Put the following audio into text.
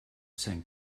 sein